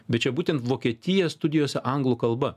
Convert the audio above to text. bet čia būtent vokietija studijose anglų kalba